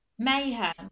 Mayhem